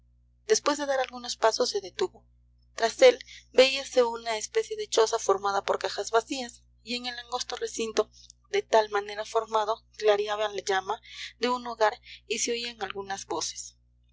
después de dar algunos pasos se detuvo tras él veíase una especie de choza formada por cajas vacías y en el angosto recinto de tal manera formado clareaba la llama de un hogar y se oían algunas voces